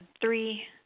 three